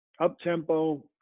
up-tempo